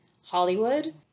Hollywood